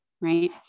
right